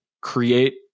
create